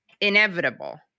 inevitable